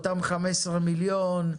אותם 15 מיליון,